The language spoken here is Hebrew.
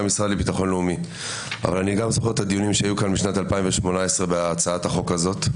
אבל אני גם זוכר את הדיונים שהיו כאן בשנת 2018 בהצעת החוק הזאת.